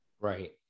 Right